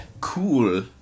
cool